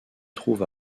trouve